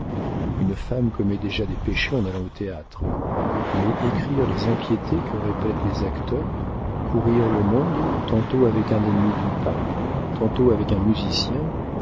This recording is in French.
une femme commet déjà des péchés en allant au théâtre mais écrire les impiétés que répètent les acteurs courir le monde tantôt avec un ennemi du pape tantôt avec un musicien